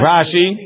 Rashi